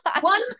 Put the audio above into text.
one